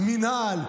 מנהל,